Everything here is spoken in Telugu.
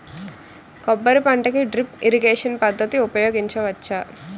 కొబ్బరి పంట కి డ్రిప్ ఇరిగేషన్ పద్ధతి ఉపయగించవచ్చా?